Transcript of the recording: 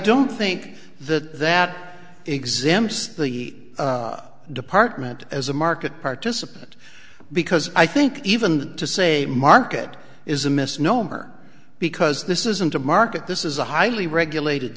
don't think that that exempts the department as a market participant because i think even to say market is a misnomer because this isn't a market this is a highly regulated